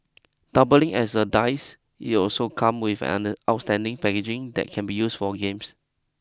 doubling as a dice it also come with an outstanding packaging that can be used for games